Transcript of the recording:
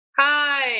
Hi